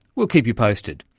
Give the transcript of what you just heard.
we'll keep you posted.